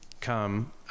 come